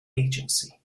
agency